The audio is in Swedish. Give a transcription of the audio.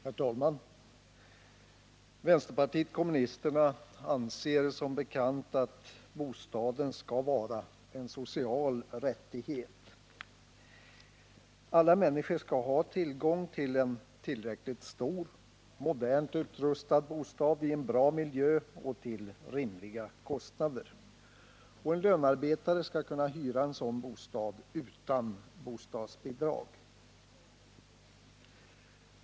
Nr 141 Herr talman! Vänsterpartiet kommunisterna anser som bekant att bosta Onsdagen den den skall vara en social rättighet. Alla människor skall ha tillgång till en 9 maj 1979 tillräckligt stor, modernt utrustad bostad i en bra miljö och till rimliga kostnader. En lönearbetare skall kunna hyra en sådan bostad utan bostads | bidrag.